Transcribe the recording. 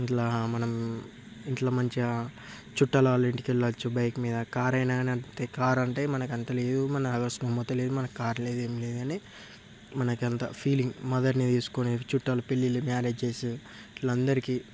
ఇట్లా మనం ఇంట్లో మంచిగా చుట్టాల వాళ్ళ ఇంటికి వెళ్లొచ్చు బైక్ మీద కారైనా గానీ అంతే కారు అంటే మనకి అంతలేదు మన అదొస్తదేమో తెలీదు మనకి కార్ లేదు ఏం లేదు గాని మనకి అంత ఫీలింగ్ మదర్ని తీసుకుని చుట్టాల పెళ్లిళ్లు మ్యారేజ్స్ ఇట్లా అందరికీ